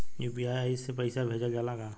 UPI से पईसा भेजल जाला का?